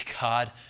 God